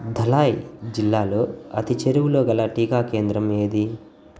ధలాయ్ జిల్లాలో అతి చేరువలోగల టీకా కేంద్రం ఏది